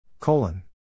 Colon